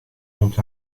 ont